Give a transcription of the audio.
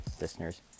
listeners